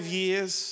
years